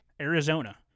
Arizona